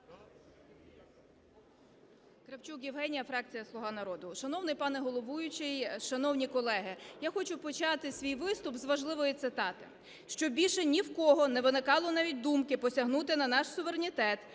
Кравчук Євгенія, фракція "Слуга народу".